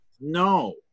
No